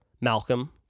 Malcolm